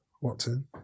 Watson